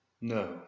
No